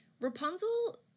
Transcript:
Rapunzel